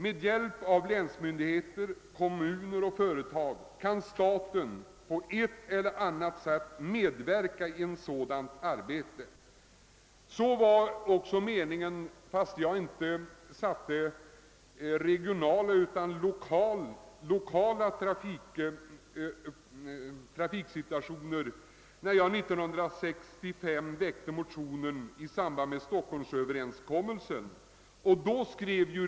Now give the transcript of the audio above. Med hjälp av länsmyndigheter, kommuner och företag kan staten på ett eller annat sätt medverka i ett sådant arbete. Detta var också meningen, fastän jag kallade det lokal och inte regional trafiksituation, när jag år 19653 väckte en motion i samband med Storstockholmstrafikens ordnande.